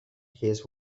his